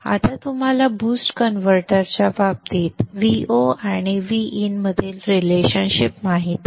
आता तुम्हाला बूस्ट कन्व्हर्टरच्या बाबतीत Vo आणि Vin मधील रिलेशनशिप माहित आहेत